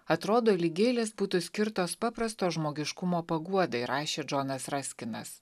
atrodo lyg gėlės būtų skirtos paprasto žmogiškumo paguodai rašė džonas raskinas